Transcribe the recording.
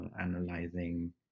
analyzing